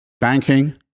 banking